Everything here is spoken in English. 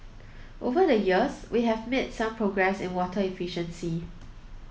over the years we have made some progress in water efficiency